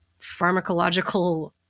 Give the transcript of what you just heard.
pharmacological